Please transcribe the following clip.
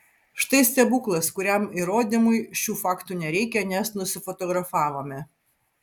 štai stebuklas kuriam įrodymui šių faktų nereikia nes nusifotografavome